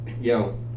yo